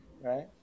right